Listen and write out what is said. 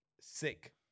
sick